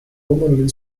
womanly